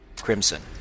crimson